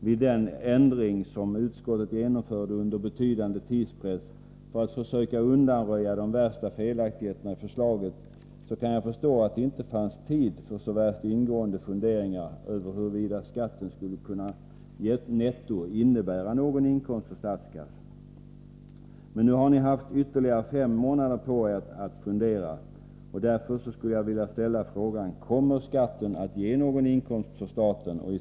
Vid den ändring som utskottet under betydande tidspress genomförde för att försöka undanröja de värsta felaktigheterna i förslaget, kan jag förstå att det inte fanns tid för så värst ingående funderingar över huruvida skatten skulle komma att netto innebära någon inkomst för statskassan.